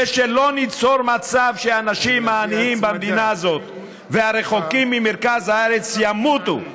ושלא ניצור מצב שהאנשים העניים במדינה הזאת והרחוקים ממרכז הארץ ימותו.